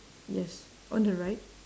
yes on the right